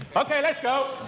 okay. let's go!